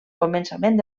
començament